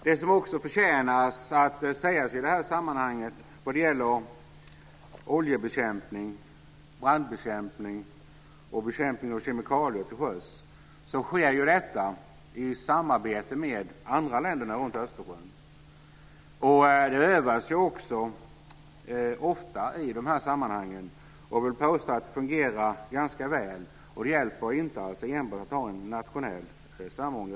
Det som också förtjänar att sägas i det här sammanhanget är att, vad gäller oljebekämpning, brandbekämpning och bekämpning av kemikalier till sjöss, sker ju detta i samarbete med de andra länderna runt Östersjön. Det övas också ofta i de här sammanhangen. Jag vill påstå att det funderar ganska väl, och det hjälper inte att enbart ha en nationell samordning.